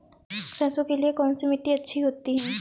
सरसो के लिए कौन सी मिट्टी अच्छी होती है?